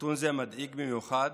נתון זה מדאיג במיוחד